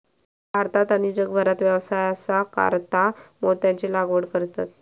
भारतात आणि जगभरात व्यवसायासाकारता मोत्यांची लागवड करतत